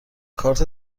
کارت